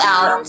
Out